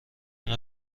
نوع